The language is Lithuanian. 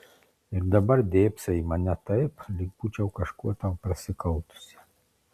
ir dabar dėbsai į mane taip lyg būčiau kažkuo tau prasikaltusi